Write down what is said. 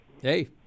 Hey